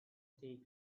stay